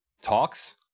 talks